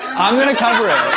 i'm gonna cover it.